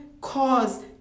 cause